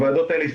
היום אנחנו